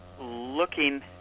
looking